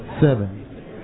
seven